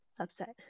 subset